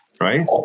right